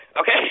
okay